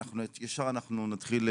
ישר אנחנו נתחיל,